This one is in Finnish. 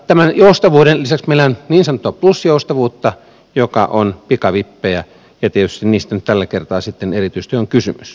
tämän joustavuuden lisäksi meillä on niin sanottua plus joustavuutta joka on pikavippejä ja tietysti niistä nyt tällä kertaa sitten erityisesti on kysymys